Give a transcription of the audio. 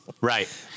Right